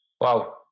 Wow